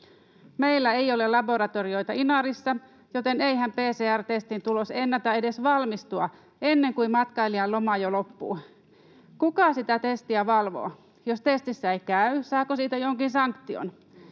”Meillä ei ole laboratorioita Inarissa, joten eihän PCR-testin tulos ennätä edes valmistua ennen kuin matkailijan loma jo loppuu. Kuka sitä testiä valvoo? Jos testissä ei käy, saako siitä jonkin sanktion?